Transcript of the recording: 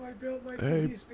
Hey